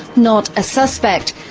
not a suspect.